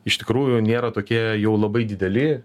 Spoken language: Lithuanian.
iš tikrųjų nėra tokie jau labai dideli